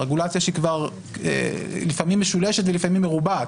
הרגולציה שהיא כבר לפעמים משולשת ומרובעת.